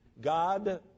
God